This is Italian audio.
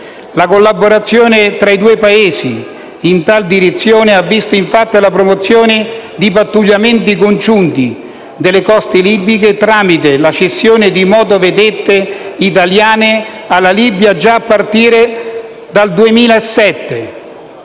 La collaborazione tra i due Paesi in tale direzione ha visto, infatti, la promozione di pattugliamenti congiunti delle coste libiche tramite la cessione di motovedette italiane alla Libia già a partire dal 2007,